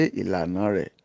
ilanare